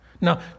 Now